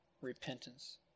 repentance